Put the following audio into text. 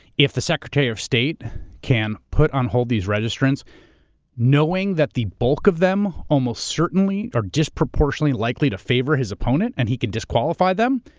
if the secretary of state can put on hold these registrants knowing that the bulk of them almost certainly are disproportionately likely to favor his opponent, and he can disqualify them,